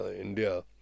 India